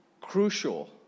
crucial